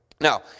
Now